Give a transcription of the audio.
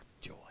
Joy